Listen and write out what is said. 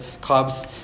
clubs